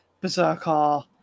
Berserker